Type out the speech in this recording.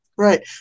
Right